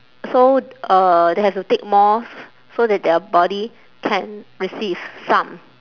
so uh they have to take more so that their body can receive some